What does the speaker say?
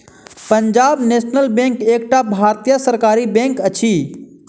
Punjab National Bank एकटा भारतीय सरकारी बैंक अछि